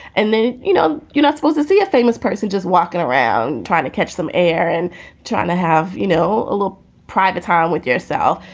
and then, you know, you're not supposed to see a famous person just walking around trying to catch some air and trying to have, you know, a little private time with yourself.